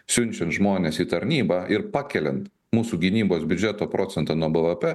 siunčiant žmones į tarnybą ir pakeliant mūsų gynybos biudžeto procentą nuo bvp